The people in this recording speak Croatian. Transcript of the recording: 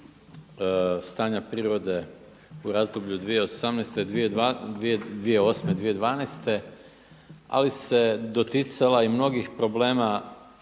stanja prirode u razdoblju 2008.-2012. ali se doticala i mnogih problema